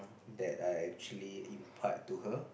that I actually impart to her